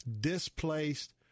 displaced